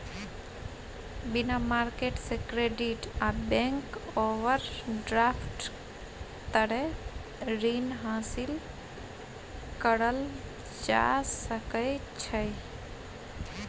money market से credit आ bank overdraft तरे रीन हासिल करल जा सकइ छइ